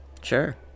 Sure